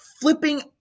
flipping